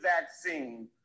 vaccine